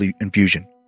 infusion